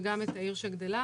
וגם את העיר שגדלה.